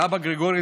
סבא גירגורי,